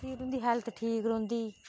ठीक रौहंदी हैल्थ ठीक रौंहदी